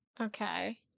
Okay